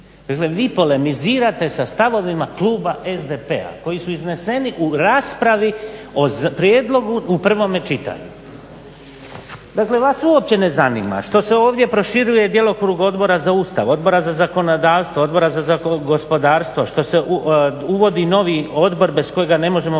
Dakle, vi polemizirate sa stavovima kluba SDP-a koji su izneseni u raspravi o prijedlogu u prvome čitanju. Dakle, vas uopće ne zanima što se ovdje proširuje djelokrug Odbora za Ustav, Odbora za zakonodavstvo, Odbora za gospodarstvo, što se uvodi novi odbor bez kojega ne možemo funkcionirati